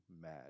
mad